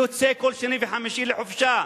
יוצא כל שני וחמישי לחופשה.